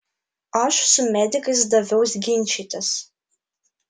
aš su medikais daviaus ginčytis